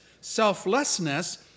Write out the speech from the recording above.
selflessness